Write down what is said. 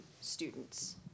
students